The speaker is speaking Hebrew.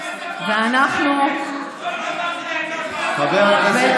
ואנחנו חבר הכנסת סובה, תודה.